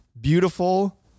beautiful